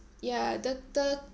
ya the the